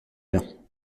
bien